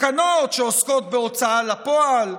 תקנות שעוסקות בהוצאה לפועל,